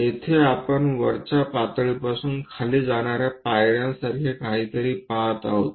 येथे आपण वरच्या पातळीपासून खाली जाणार्या पायर्यासारखे काहीतरी पाहत आहोत